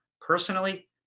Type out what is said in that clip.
personally